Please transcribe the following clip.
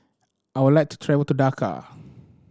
I would like to travel to Dhaka